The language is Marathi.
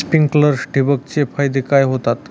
स्प्रिंकलर्स ठिबक चे फायदे काय होतात?